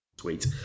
Sweet